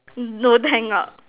um no thank God